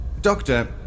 Doctor